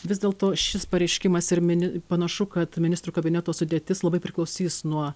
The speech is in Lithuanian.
vis dėlto šis pareiškimas ir mini panašu kad ministrų kabineto sudėtis labai priklausys nuo